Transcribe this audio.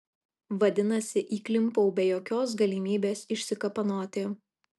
vadinasi įklimpau be jokios galimybės išsikapanoti